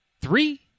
three